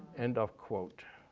end of quote.